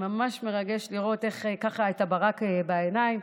ממש מרגש לראות את הברק בעיניים.